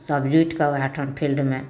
सब जुटिके वएह ठाम फील्डमे